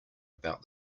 about